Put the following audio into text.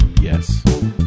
Yes